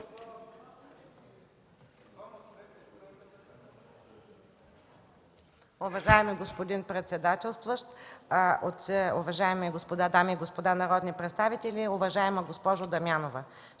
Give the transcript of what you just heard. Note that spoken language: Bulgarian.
Уважаеми господин председателстващ, уважаеми дами и господа народни представители! Уважаема госпожо Дамянова,